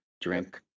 Drink